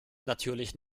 natürlich